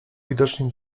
widocznie